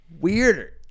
weirder